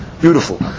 Beautiful